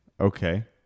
Okay